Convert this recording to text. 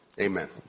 amen